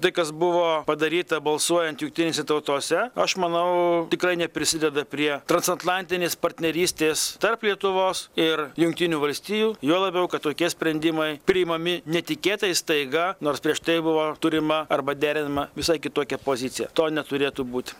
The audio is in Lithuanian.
tai kas buvo padaryta balsuojant jungtinėse tautose aš manau tikrai neprisideda prie transatlantinės partnerystės tarp lietuvos ir jungtinių valstijų juo labiau kad tokie sprendimai priimami netikėtai staiga nors prieš tai buvo turima arba derinama visai kitokia pozicija to neturėtų būt